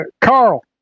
Carl